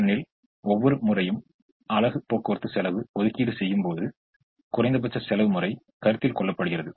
ஏனெனில் ஒவ்வொரு முறையும் அலகு போக்குவரத்து செலவு ஒதுக்கீடு செய்யும் போதும் குறைந்தபட்ச செலவு முறை கருத்தில் கொள்ளப்படுகிறது